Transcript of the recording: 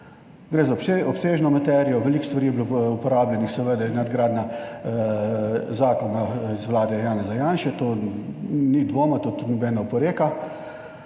Gre za obsežno materijo. Veliko stvari je bilo uporabljenih, seveda je nadgradnja zakona iz vlade Janeza Janše, to ni dvoma, tudi noben oporeka.